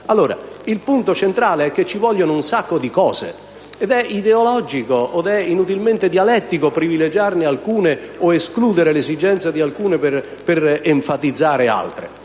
Il punto centrale è che servono un sacco di cose, ed è ideologico, o inutilmente dialettico, privilegiarne alcune, o escludere le esigenze di alcune per enfatizzarne altre.